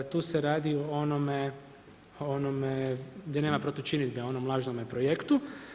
Tu se radi o onome gdje nema protučinidbe, o onome lažnom projektu.